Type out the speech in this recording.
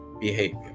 behavior